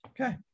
Okay